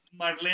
Marlene